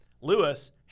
Lewis